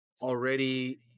already